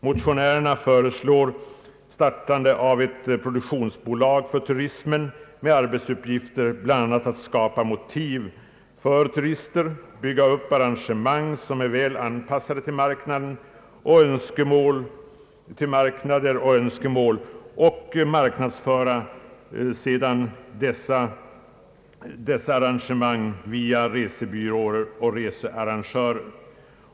Motionärerna föreslår startande av ett produktionsbolag för turismen med uppgift bl.a. att skapa motiv för turismen, bygga upp arrangemang som är väl anpassade till marknader och önskemål och marknadsföra dessa via resebyråer och researrangörer.